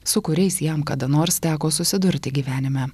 su kuriais jam kada nors teko susidurti gyvenime